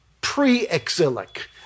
pre-exilic